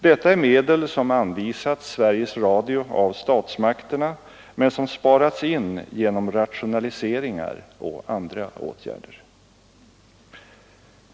Detta är medel som anvisats Sveriges Radio av statsmakterna, men som sparats in genom rationaliseringar och andra åtgärder.